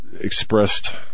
expressed